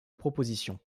proposition